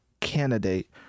candidate